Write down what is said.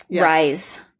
rise